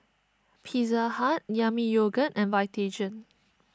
Pizza Hut Yami Yogurt and Vitagen